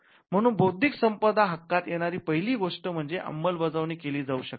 म्हणून बौद्धिक संपदा हक्कात येणारी पहिली गोष्ट म्हणजे अंमलबजावणी केली जाऊ शकते